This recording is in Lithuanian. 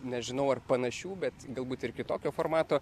nežinau ar panašių bet galbūt ir kitokio formato